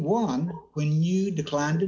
won when you declined